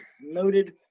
noted